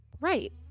Right